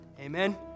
amen